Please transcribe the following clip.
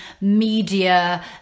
media